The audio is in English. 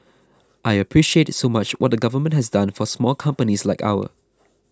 I appreciate so much what the government has done for small companies like ours